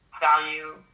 value